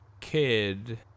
kid